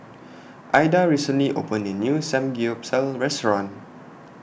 Aida recently opened A New Samgeyopsal Restaurant